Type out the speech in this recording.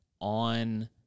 on